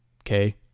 okay